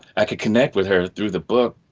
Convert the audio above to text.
i could connect with her through the book